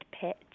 pitch